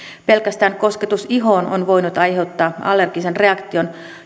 pelkästään kosketus ihoon on voinut aiheuttaa allergisen reaktion